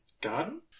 garden